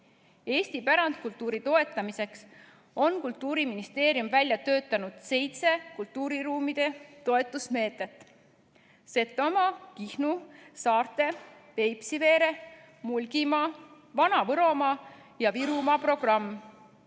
Eesti pärandkultuuri toetamiseks on Kultuuriministeerium välja töötanud seitse kultuuriruumide toetusmeedet: Setomaa, Kihnu, saarte, Peipsiveere, Mulgimaa, Vana-Võromaa ja Virumaa programm.